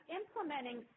implementing